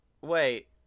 wait